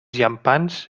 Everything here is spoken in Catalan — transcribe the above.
llampants